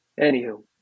Anywho